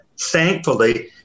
thankfully